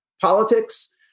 politics